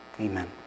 amen